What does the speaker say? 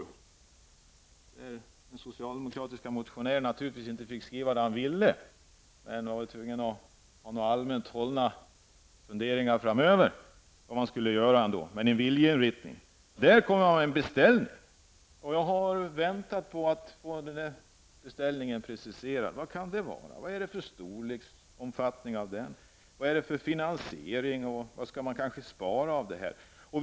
Naturligtvis fick den socialdemokratiske motionären inte skriva vad som var önskvärt. I stället måste det bli allmänna funderingar om vad som behöver göras. Men det är i varje fall fråga om en viljeinriktning. Jag väntar på en precisering av den här beställningen. Vad kan det röra sig om? Vilken omfattning är det fråga om? Hur är det med finansieringen? Skall man spara något, och i så fall vad?